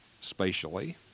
spatially